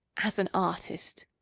as an artist,